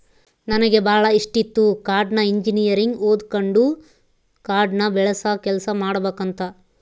ನನಗೆ ಬಾಳ ಇಷ್ಟಿತ್ತು ಕಾಡ್ನ ಇಂಜಿನಿಯರಿಂಗ್ ಓದಕಂಡು ಕಾಡ್ನ ಬೆಳಸ ಕೆಲ್ಸ ಮಾಡಬಕಂತ